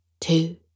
two